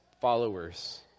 followers